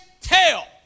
tell